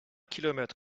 kilomètre